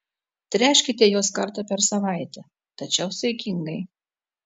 tręškite juos kartą per savaitę tačiau saikingai